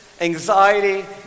anxiety